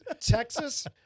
Texas